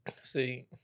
See